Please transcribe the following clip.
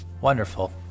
wonderful